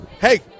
Hey